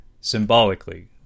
symbolically